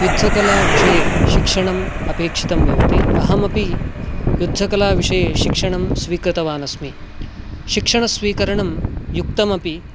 युद्धकलाविषये शिक्षणम् अपेक्षितं भवति अहमपि युद्धकलाविषये शिक्षणं स्वीकृतवान् अस्मि शिक्षणस्वीकरणं युक्तमपि